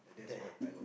there